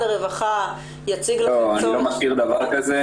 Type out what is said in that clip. הרווחה יציג --- אני לא מכיר דבר כזה,